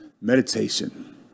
Meditation